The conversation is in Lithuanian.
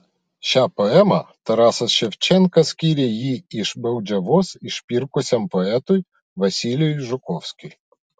šią poemą tarasas ševčenka skyrė jį iš baudžiavos išpirkusiam poetui vasilijui žukovskiui